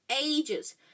ages